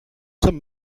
sommes